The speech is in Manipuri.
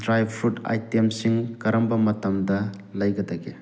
ꯗ꯭ꯔꯥꯏ ꯐꯨꯠ ꯑꯥꯏꯇꯦꯝꯁꯤꯡ ꯀꯔꯝꯕ ꯃꯇꯝꯗ ꯂꯩꯒꯗꯒꯦ